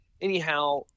anyhow